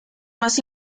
más